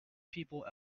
people